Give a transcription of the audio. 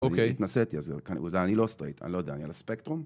אוקיי. אני התנסיתי אז אני לא סטרייט, אני לא יודע, אני על הספקטרום?